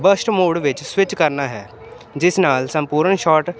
burst mode ਵਿੱਚ switch ਕਰਨਾ ਹੈ ਜਿਸ ਨਾਲ ਸੰਪੂਰਨ ਸ਼ੋਟ